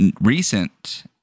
recent